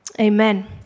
Amen